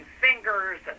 fingers